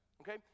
okay